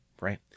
right